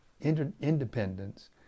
independence